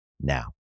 now